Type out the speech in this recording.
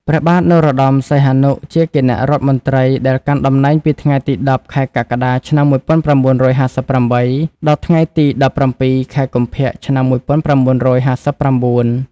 ព្រះបាទនរោត្តម សីហនុ ជាគណៈរដ្ឋមន្ត្រីដែលកាន់តំណែងពីថ្ងៃទី ១០ ខែកក្កដា ឆ្នាំ១៩៥៨ ដល់ថ្ងៃទី ១៧ ខែកុម្ភៈ ឆ្នាំ១៩៥៩។